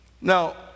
Now